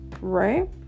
right